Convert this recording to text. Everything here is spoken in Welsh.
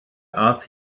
aeth